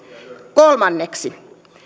kolmanneksi